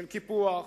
של קיפוח,